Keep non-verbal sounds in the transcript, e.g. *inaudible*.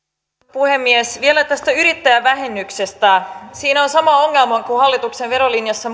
puhemies vielä tästä yrittäjävähennyksestä siinä on sama ongelma kuin hallituksen verolinjassa *unintelligible*